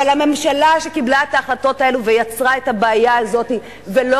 אבל הממשלה שקיבלה את ההחלטות האלו ויצרה את הבעיה הזאת ולא